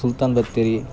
Sultan Bathery